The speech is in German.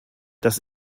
das